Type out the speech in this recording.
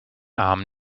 arm